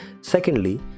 Secondly